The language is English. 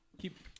keep